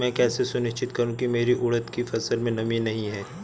मैं कैसे सुनिश्चित करूँ की मेरी उड़द की फसल में नमी नहीं है?